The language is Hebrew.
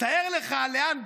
"תאר לך לאן דרעי,